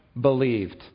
believed